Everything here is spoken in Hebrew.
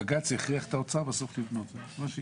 בג"ץ הכריח את האוצר בסוף לבנות, וזה מה שיקרה.